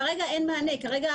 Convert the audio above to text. כרגע אין לנו מענים.